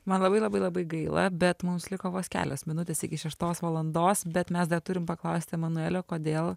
man labai labai labai gaila bet mums liko vos kelios minutės iki šeštos valandos bet mes dar turim paklausti emanuelio kodėl